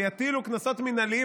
שיטילו קנסות מינהליים,